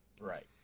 Right